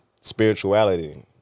spirituality